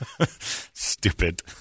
Stupid